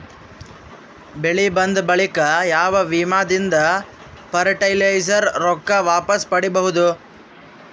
ಬೆಳಿ ಬಂದ ಬಳಿಕ ಯಾವ ವಿಮಾ ದಿಂದ ಫರಟಿಲೈಜರ ರೊಕ್ಕ ವಾಪಸ್ ಪಡಿಬಹುದು?